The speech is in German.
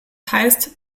heißt